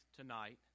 tonight